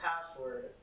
password